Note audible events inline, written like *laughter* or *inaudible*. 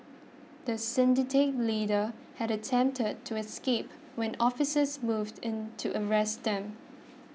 the *unintelligible* leader had attempted to escape when officers moved in to arrest them